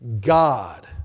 God